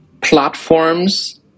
platforms